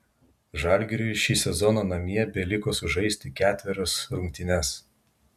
žalgiriui šį sezoną namie beliko sužaisti ketverias rungtynes